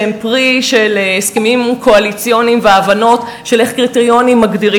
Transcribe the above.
שהם פרי של הסכמים קואליציוניים והבנות של איך מגדירים קריטריונים.